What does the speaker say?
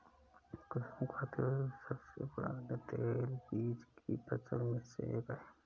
कुसुम का तेल सबसे पुराने तेलबीज की फसल में से एक है